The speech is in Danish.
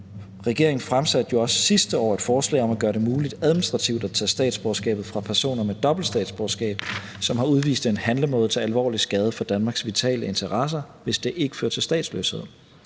Regeringen fremsatte jo også sidste år et forslag om at gøre det muligt administrativt at tage statsborgerskabet fra personer med dobbelt statsborgerskab, som har udvist en handlemåde, som er til alvorlig skade for Danmarks vitale interesser, hvis det ikke fører til statsløshed.